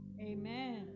amen